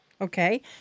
Okay